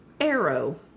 Arrow